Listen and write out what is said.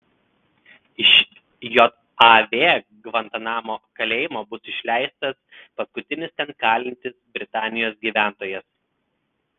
iš jav gvantanamo kalėjimo bus išleistas paskutinis ten kalintis britanijos gyventojas